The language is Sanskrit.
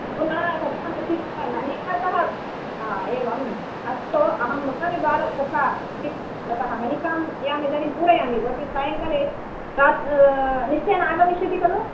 पुनः तत्र न नलिकातः हा एवं अस्तु अहं बालः तथा ततः नालिकां यां इदानीं पूरयामि भवती सायङ्काले निश्चयेन आगमिष्यति खलु